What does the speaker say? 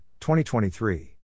2023